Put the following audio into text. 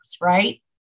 right